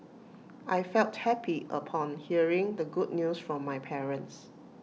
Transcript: I felt happy upon hearing the good news from my parents